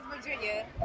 Virginia